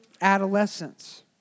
adolescence